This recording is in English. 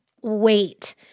wait